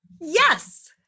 Yes